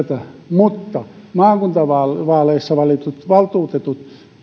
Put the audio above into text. mutta maakuntavaaleissa valitut valtuutetut